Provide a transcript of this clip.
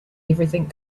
everything